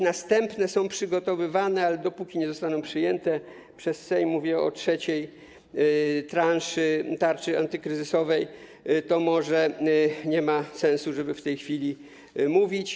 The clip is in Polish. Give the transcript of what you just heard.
Następne są przygotowywane, ale dopóki nie zostaną przyjęte przez Sejm - mówię o trzeciej tarczy antykryzysowej - to może nie ma sensu, żeby o nich w tej chwili mówić.